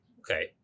Okay